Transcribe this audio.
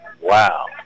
Wow